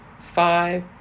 five